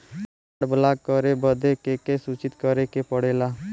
Card block करे बदी के के सूचित करें के पड़ेला?